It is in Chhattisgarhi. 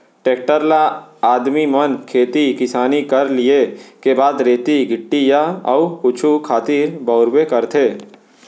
टेक्टर ल आदमी मन खेती किसानी कर लिये के बाद रेती गिट्टी या अउ कुछु खातिर बउरबे करथे